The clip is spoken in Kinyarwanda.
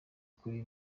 kuri